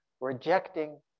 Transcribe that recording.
Rejecting